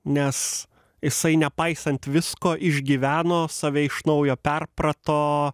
nes jisai nepaisant visko išgyveno save iš naujo perprato